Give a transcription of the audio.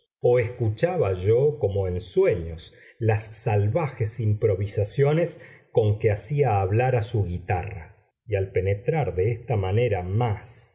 o escuchaba yo como en sueños las salvajes improvisaciones con que hacía hablar a su guitarra y al penetrar de esta manera más